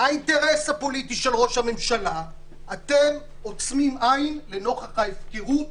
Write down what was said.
של ראש הממשלה אתם עוצמים עין לנוכח ההפקרות